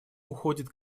уходит